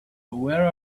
where